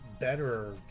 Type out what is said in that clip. better